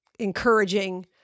encouraging